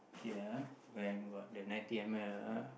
okay ah when got the ninety M_L ah